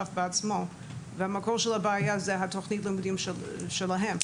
אש"ף עצמו ותוכנית הלימודים שלו.